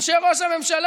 אנשי ראש הממשלה,